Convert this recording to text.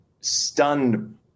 stunned